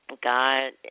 God